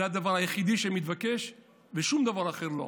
זה הדבר היחידי שמתבקש ושום דבר אחר לא.